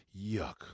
Yuck